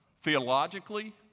theologically